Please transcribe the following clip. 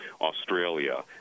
Australia